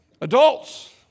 Adults